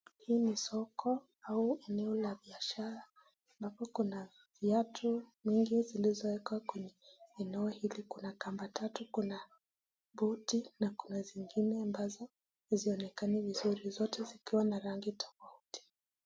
Hii ni soko au eneo la biashara ambapo kuna viatu mingi zilizowekwa kwenye eneo hili, kuna kamba tatu, kuna boti na kuna zingine ambazo hazionekani vizuri, zote zikiwa na rangi tofauti.